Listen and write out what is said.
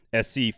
SC